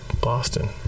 Boston